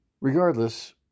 Regardless